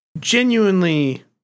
genuinely